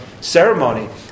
ceremony